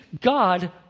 God